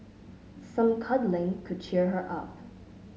some cuddling could cheer her up